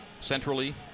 Centrally